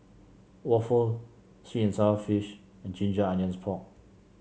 waffle sweet and sour fish and Ginger Onions Pork